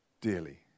dearly